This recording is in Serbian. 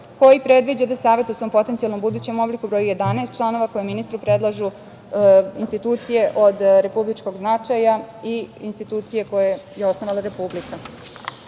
koji predviđa da Savet u svom potencijalnom budućem obliku broji 11 članova, koje ministru predlažu institucije od republičkog značaja i institucije koje je osnovala